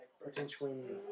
Potentially